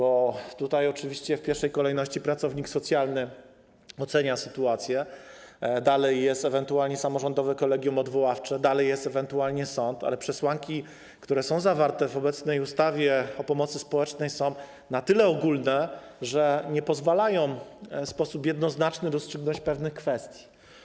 Oczywiście w pierwszej kolejności pracownik socjalny ocenia sytuację, dalej jest ewentualnie samorządowe kolegium odwoławcze, dalej jest ewentualnie sąd, ale przesłanki, które są zawarte w obecnej ustawie o pomocy społecznej, są na tyle ogólne, że nie pozwalają w sposób jednoznaczny rozstrzygnąć pewnych kwestii.